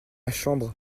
chambre